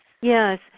Yes